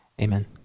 Amen